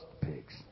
pigs